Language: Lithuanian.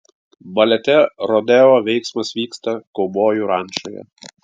balete rodeo veiksmas vyksta kaubojų rančoje